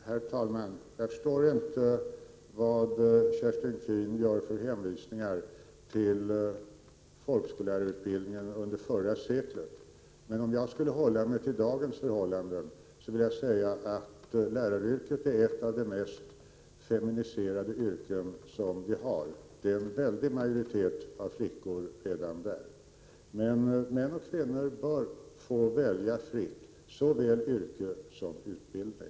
Herr talman! Jag förstår inte Kerstin Keens hänvisningar till folkskollärarutbildningen under förra seklet. Om jag håller mig till dagens förhållanden, vill jag säga att läraryrket är ett av de mest feminiserade yrken som vi har. Det är en väldig majoritet av flickor. Men män och kvinnor bör få välja fritt såväl yrke som utbildning.